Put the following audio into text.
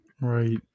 Right